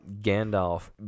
Gandalf